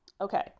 Okay